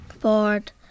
board